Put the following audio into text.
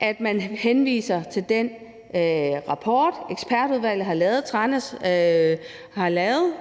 at man henviser til den rapport, ekspertudvalget med Tranæs har lavet,